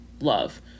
Love